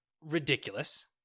ridiculous